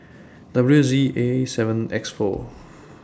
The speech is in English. W Z A seven X four